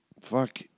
Fuck